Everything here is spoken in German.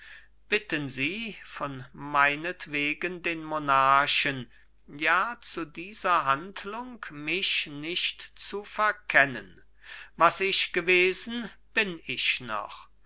bitten sie von meinetwegen den monarchen ja in dieser handlung mich nicht zu verkennen was ich gewesen bin ich noch